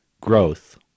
growth